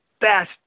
best